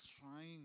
trying